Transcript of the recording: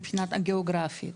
מהבחינה גאוגרפית,